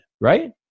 right